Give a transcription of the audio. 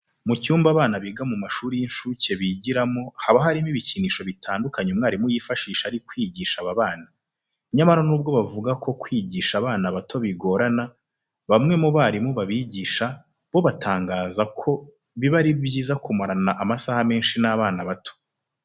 Mu cyumba abana biga mu mashuri y'incuke bigiramo haba harimo ibikinisho bitandukanye umwarimu yifashisha ari kwigisha aba bana. Nyamara nubwo bavuga ko kwigisha abana bato bigorana, bamwe mu barimu babigisha bo batangaza ko biba ari byiza kumarana amasaha menshi n'abana bato.